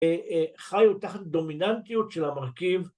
‫חיו תחת דומיננטיות של המרכיב.